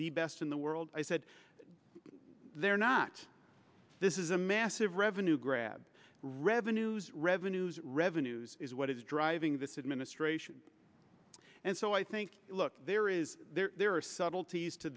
the best in the world i said they're not this is a massive revenue grab revenues revenues revenues is what is driving this administration and so i think look there is there are subtleties to